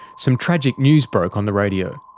some tragic news broke on the radio.